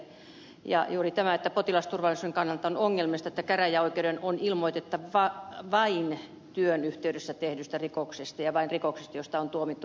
potilasturvallisuuden kannalta on ongelmallista että käräjäoikeuden on ilmoitettava vain työn yhteydessä tehdystä rikoksesta ja vain rikoksesta josta on tuomittu vankeusrangaistukseen